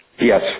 yes